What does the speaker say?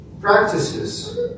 practices